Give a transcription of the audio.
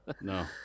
No